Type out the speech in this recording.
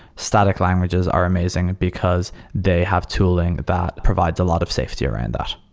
static languages are amazing because they have tooling that provides a lot of safety around that.